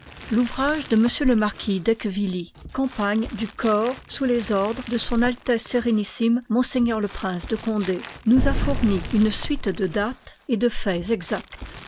l'ouvrage de m le marquis d'ecquevilly campagnes du corps sous les ordres de s a is ms le prince de condé nous a fourni une suite de dates et de ij faits exacts